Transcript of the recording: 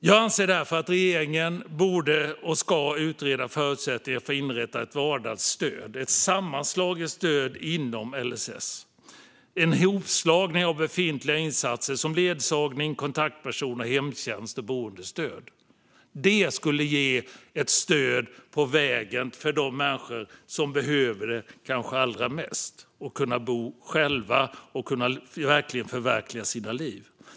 Jag anser därför att regeringen borde och ska utreda förutsättningarna för att inrätta ett vardagsstöd, ett sammanslaget stöd inom LSS som är en hopslagning av befintliga insatser som ledsagning, kontaktperson, hemtjänst och boendestöd. Det skulle ge ett stöd på vägen för de människor som kanske behöver det allra mest för att kunna bo själva och förverkliga sitt liv.